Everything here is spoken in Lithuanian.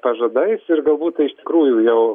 pažadais ir galbūt tai iš tikrųjų jau